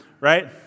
right